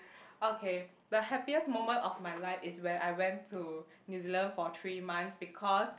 okay the happiest moment of my life is when I went to New Zealand for three months because